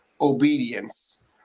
obedience